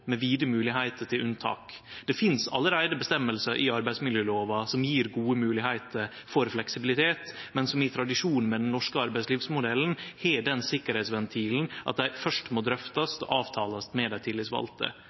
med vide moglegheiter til unntak. Det finst allereie reglar i arbeidsmiljøloven som gjev gode moglegheiter for fleksibilitet, men som i tradisjon med den norske arbeidslivsmodellen har den sikkerheitsventilen at dei først må drøftast og avtalast med dei tillitsvalde.